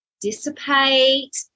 dissipate